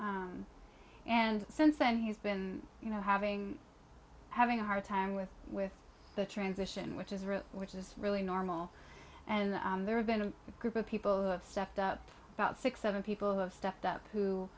him and since then he's been you know having having a hard time with with the transition which is a which is really normal and there have been a group of people who have stepped up about six seven people who have stepped up